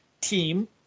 team